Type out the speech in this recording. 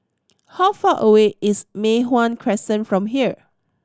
how far away is Mei Hwan Crescent from here